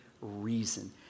reason